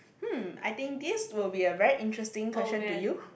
hmm I think this will be a very interesting question to you